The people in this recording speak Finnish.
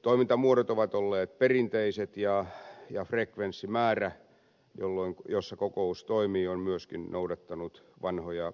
toimintamuodot ovat olleet perinteiset ja frekvenssimäärä jossa kokous toimii on myöskin noudattanut vanhoja latuja